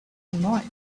noise